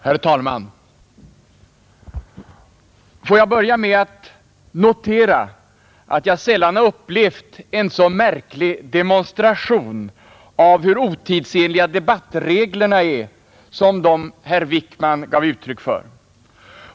Herr talman! Får jag börja med att notera att jag sällan har upplevt en sådan märklig demonstration av hur otidsenliga debattreglerna är som den herr Wickman gav uttryck åt.